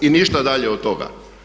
I ništa dalje od toga.